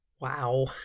Wow